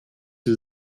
sie